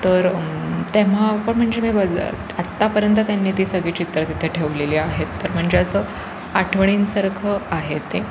तर तेव्हा पण म्हणजे मी बज आत्तापर्यंत त्यांनी ती सगळी चित्रं तिथे ठेवलेली आहेत तर म्हणजे असं आठवणींसारखं आहे ते